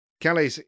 Calais